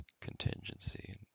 contingency